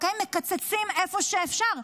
מקצצים איפה שאפשר.